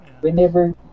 Whenever